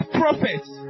prophets